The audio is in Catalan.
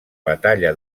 batalla